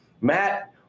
Matt